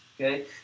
Okay